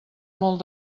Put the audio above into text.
molt